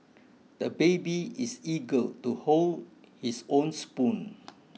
the baby is eager to hold his own spoon